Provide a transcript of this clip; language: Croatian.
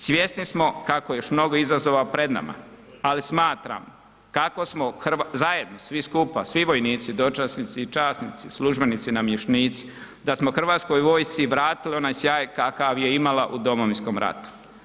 Svjesni smo kako je još mnogo izazova pred nama, ali smatram kako smo zajedno svi skupa, svi vojnici, dočasnici i časnici, službenici i namještenici, da smo Hrvatskoj vojsci vratili onaj sjaj kakav je imala u Domovinskom ratu.